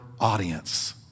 audience